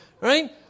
right